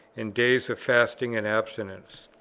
and days of fasting and abstinence.